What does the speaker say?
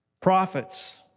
Prophets